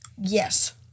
Yes